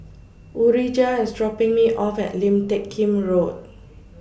Urijah IS dropping Me off At Lim Teck Kim Road